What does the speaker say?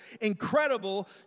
incredible